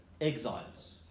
exiles